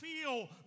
feel